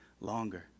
longer